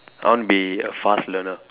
I want be a fast learner